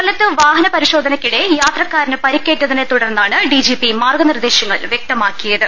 കൊല്ലത്ത് വാഹനപരിശോധനക്കിടെ യാത്രക്കാരന് പരിക്കേ റ്റതിനെ തുടർന്നാണ് ഡിജിപി മാർഗ്ഗനിർദേശങ്ങൾ വൃക്തമാക്കി യത്